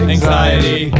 Anxiety